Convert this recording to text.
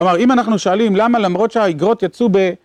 כלומר, אם אנחנו שאלים למה למרות שהאיגרות יצאו ב...